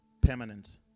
permanent